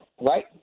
Right